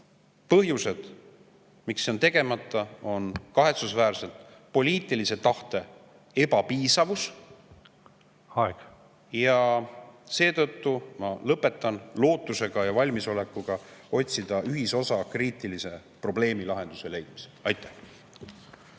Põhjus, miks see on tegemata, on kahetsusväärselt poliitilise tahte ebapiisavus … Aeg! Aeg! … ja seetõttu ma lõpetan lootusega ja valmisolekuga otsida ühisosa kriitilise probleemi lahenduse leidmisel. Aitäh!